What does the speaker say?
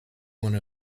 one